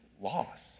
loss